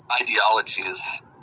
ideologies